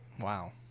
wow